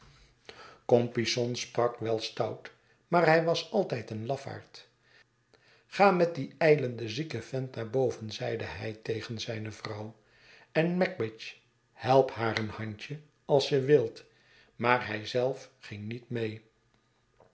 compeyson sprak wel stout maar hij was altijd een lafaard ga met dien ijlenden zieken vent naar boven zeide hij tegen zijne vrouw en magwitch help haar een handje als je wilt maar hij zelf ging niet mee